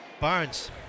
Barnes